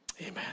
Amen